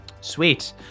Sweet